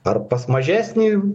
ar pas mažesnį